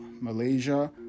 malaysia